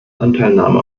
anteilnahme